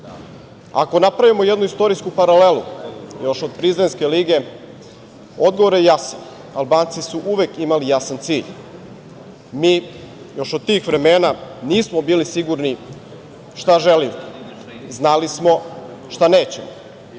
Ako napravimo jednu istorijsku paralelu, još od Prizrenske lige, odgovor je jasan - Albanci su uvek imali jasan cilj. Mi još od tih vremena nismo bili sigurni šta želimo. Znali smo šta nećemo.